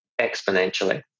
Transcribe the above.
exponentially